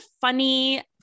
funny